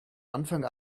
anfang